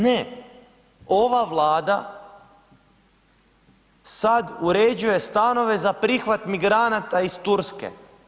Ne, ova Vlada sa uređuje stanove za prihvat migranata iz Turske.